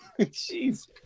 Jeez